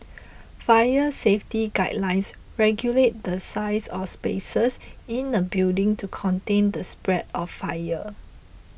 fire safety guidelines regulate the size of spaces in a building to contain the spread of fire